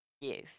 yes